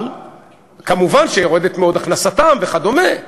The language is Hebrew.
אבל כמובן שיורדת מאוד הכנסתו וכדומה,